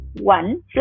One